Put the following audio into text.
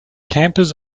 campers